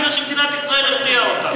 או כי מדינת ישראל הרתיעה אותם?